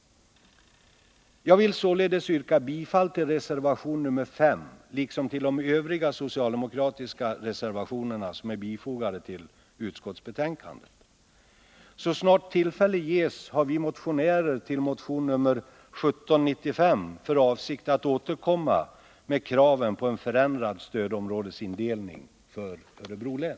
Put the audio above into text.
Jag vill således yrka bifall till reservation nr 5, liksom till de övriga socialdemokratiska reservationer som är fogade till utskottsbetänkandet. Så snart tillfälle ges har vi som väckt motion 1795 för avsikt att återkomma med krav på en förändrad stödområdesindelning för Örebro län.